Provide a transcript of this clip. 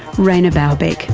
rainer baubock,